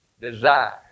desire